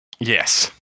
Yes